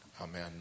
Amen